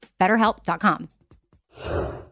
BetterHelp.com